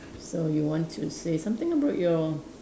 so you want to say something about your